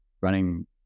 running